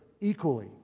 equally